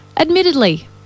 admittedly